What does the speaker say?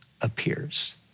appears